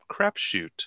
Crapshoot